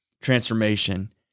transformation